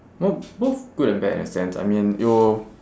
well both good and bad in a sense I mean it will